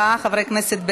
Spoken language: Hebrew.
34 חברי כנסת בעד,